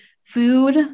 food